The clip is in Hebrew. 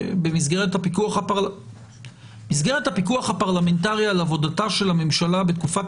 במסגרת הפיקוח הפרלמנטרי על עבודתה של הממשלה בתקופת